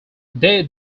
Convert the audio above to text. they